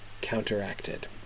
counteracted